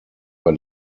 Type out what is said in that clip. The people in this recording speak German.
bei